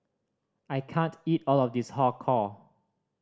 I can't eat all of this Har Kow